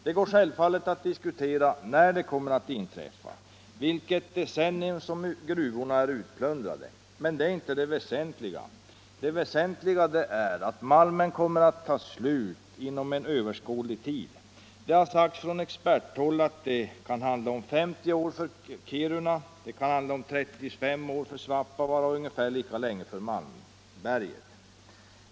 Det går självfallet att diskutera när detta kommer att inträffa, under vilket decennium som gruvorna är utplundrade. Men det är inte det väsentliga. Det väsentliga är att malmen kommer att ta slut inom överskådlig tid. Det har sagts från experthåll att det kan handla om 50 år för Kiruna, 35 år för Svappavaara och ungefär lika lång tid för Malmberget.